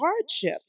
hardship